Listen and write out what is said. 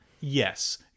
yes